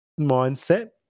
mindset